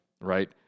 Right